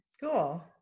Cool